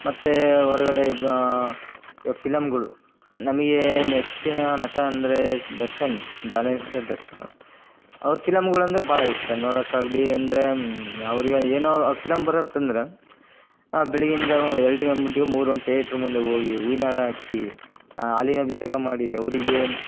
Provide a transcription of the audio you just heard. ಮತ್ತು ಹೊರ್ಗಡೆ ಈಗ ಫಿಲಮ್ಗಳು ನಮಗೆ ನೆಚ್ಚಿನ ನಟ ಅಂದರೆ ದರ್ಶನ್ ದರ್ಶ್ ಅವ್ರ ಫಿಲಮ್ಗಳಂದ್ರೆ ಭಾಳ ಇಷ್ಟ ನೋಡೋಕ್ಕಾಗಲಿ ಅಂದರೆ ಅವರಿಗೆ ಏನೋ ಅವ್ರ ಫಿಲಮ್ ಬರತ್ತೆ ಅಂದರೆ ನಾವು ಬೆಳಗಿನ ಜಾವ ಎರಡು ಗಂಟಿಗಾ ಮೂರು ಗಂಟೆ ತೇಟ್ರ್ ಮುಂದೆ ಹೋಗಿ ಹೂವಿನ ಹಾರ ಹಾಕಿ ಹಾಲಿನ ಅಭಿಷೇಕ ಮಾಡಿ ಅವರಿಗೆ